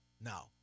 Now